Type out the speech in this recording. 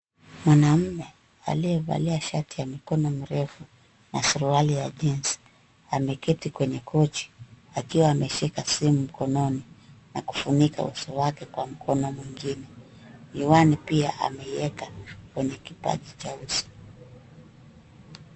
Mwanaume aliyevalia shati ya mikono mirefu na suruali ya jinsi ameketi kwenye kochi akiwa ameshika simu mkononi na kufunika uso wake kwa mkono mwingine. Miwani pia ameieka kwenye kipaji cha uso.